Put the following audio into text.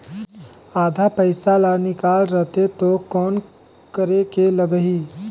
आधा पइसा ला निकाल रतें तो कौन करेके लगही?